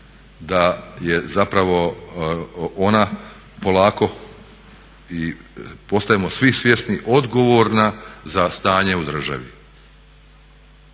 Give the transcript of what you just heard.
da je zapravo ona polako i postajemo svi svjesni odgovorna za stanje u državi.